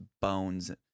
bones